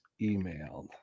emailed